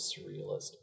surrealist